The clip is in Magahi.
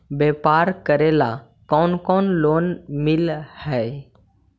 व्यापार करेला कौन कौन लोन मिल हइ?